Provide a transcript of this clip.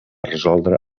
resoldre